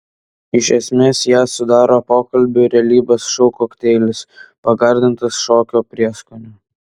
iš esmės ją sudaro pokalbių ir realybės šou kokteilis pagardintas šokio prieskoniu